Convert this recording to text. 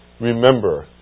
Remember